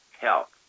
health